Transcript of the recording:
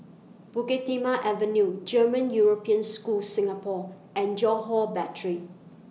Bukit Timah Avenue German European School Singapore and Johore Battery